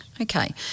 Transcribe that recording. Okay